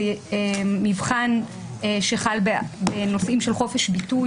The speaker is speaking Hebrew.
זה מבחן שחל בנושאים של חופש ביטוי,